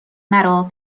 مرا